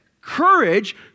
Courage